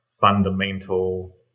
fundamental